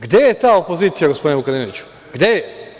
Gde je ta opozicija, gospodine Vukadinoviću, gde je?